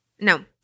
no